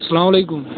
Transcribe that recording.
سَلامُ علیکُم